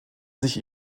sich